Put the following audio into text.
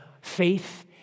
faith